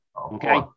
Okay